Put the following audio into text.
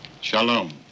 shalom